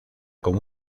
con